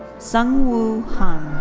sungwoo han.